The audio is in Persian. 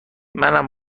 منم